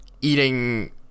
eating